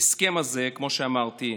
ההסכם הזה, כמו שאמרתי,